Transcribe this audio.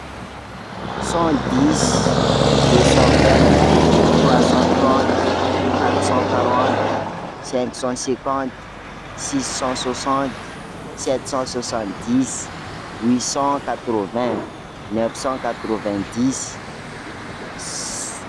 Cent dix, deux cent vingt, trois cent trente, quatre cent quarante, cinq cent cinquante, six cent soixante, sept cent soixante-dix, huit cent quatre-vingt, neuf cent quatre vingt dix s.